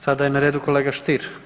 Sada je na redu kolega Stier.